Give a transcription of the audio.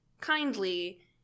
kindly